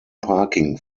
parking